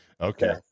Okay